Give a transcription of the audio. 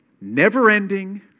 Never-ending